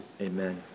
amen